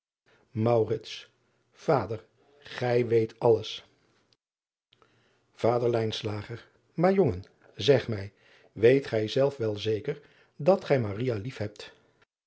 ader gij weet alles ader aar jongen zeg mij weet gij zelf wel zeker dat gij lief hebt